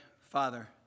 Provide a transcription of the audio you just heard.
Father